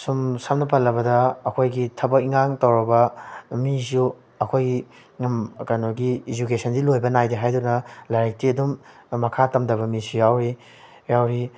ꯁꯨꯝ ꯁꯝꯅ ꯄꯜꯂꯕꯗ ꯑꯩꯈꯣꯏꯒꯤ ꯊꯕꯛ ꯏꯟꯈꯥꯡ ꯇꯧꯔꯕ ꯃꯤꯁꯨ ꯑꯩꯈꯣꯏꯒꯤ ꯀꯩꯅꯣꯒꯤ ꯏꯖꯨꯀꯦꯁꯟꯗꯤ ꯂꯣꯏꯕ ꯅꯥꯏꯗꯦ ꯍꯥꯏꯗꯨꯅ ꯂꯥꯏꯔꯤꯛꯇꯤ ꯑꯗꯨꯝ ꯃꯈꯥ ꯇꯝꯊꯕ ꯃꯤꯁꯨ ꯌꯥꯎꯏ ꯌꯥꯎꯔꯤ